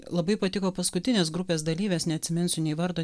labai patiko paskutinės grupės dalyvės neatsiminsiu nei vardo